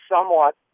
somewhat